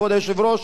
כבוד היושב-ראש,